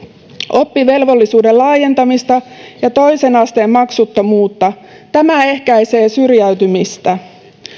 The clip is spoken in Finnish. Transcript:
oppivelvollisuuden laajentamista ja toisen asteen maksuttomuutta tämä ehkäisee syrjäytymistä